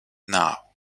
now